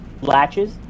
latches